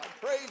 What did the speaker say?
praise